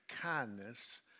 kindness